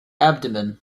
abdomen